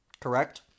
Correct